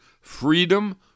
Freedom